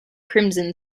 crimson